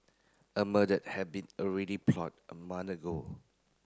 a murder had be already plotted a month ago